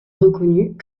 reconnue